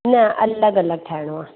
न अलॻि अलॻि ठाइणो आहे